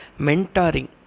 Mentoring